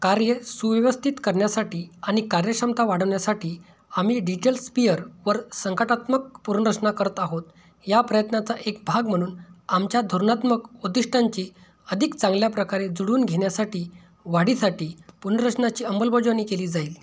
कार्य सुव्यवस्थित करण्यासाठी आणि कार्यक्षमता वाढवण्यासाठी आम्ही डिजलस्पीअर वर संकाटात्मक पुनर्रचना करत आहोत या प्रयत्नाचा एक भाग म्हणून आमच्या धोरणात्मक उद्दिष्टांची अधिक चांगल्या प्रकारे जुळवून घेण्यासाठी वाढीसाठी पुनर्रचनाची अंमलबजवणी केली जाईल